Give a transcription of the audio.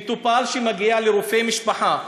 מטופל שמגיע לרופא משפחה,